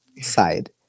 side